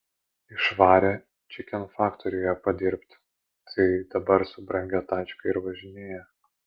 išvarė čikenfaktoriuje padirbt tai dabar su brangia tačke ir važinėja